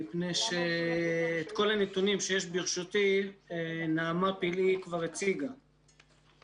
מפני שאת כל הנתונים שיש ברשותי עו"ד נעמה פלאי כבר הציגה .